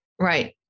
Right